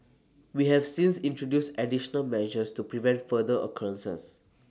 we have since introduced additional measures to prevent future occurrences